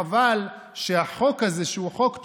חבל שהחוק הזה, שהוא חוק טוב,